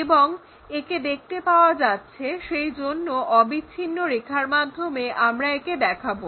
এবং একে দেখতে পাওয়া যাচ্ছে সেই জন্য অবিচ্ছিন্ন রেখার মাধ্যমে আমরা একে দেখাবো